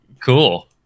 Cool